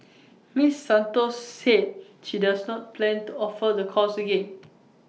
miss Santos said she does not plan to offer the course again